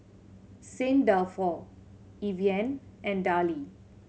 Saint Dalfour Evian and Darlie